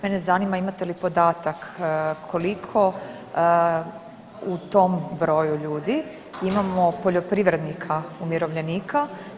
Mene zanima imate li podatak koliko u tom broju ljudi imamo poljoprivrednika umirovljenika?